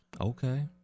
Okay